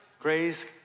Grace